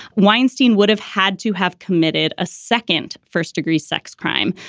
weinstein would have had to have committed a second first degree sex crime.